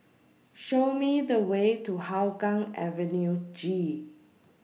Show Me The Way to Hougang Avenue G